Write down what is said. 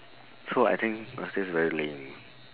so I think uh that's very lame